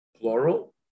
plural